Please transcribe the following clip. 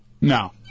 No